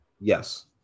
Yes